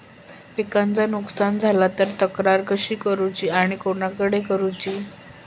पिकाचा नुकसान झाला तर तक्रार कशी करूची आणि कोणाकडे करुची?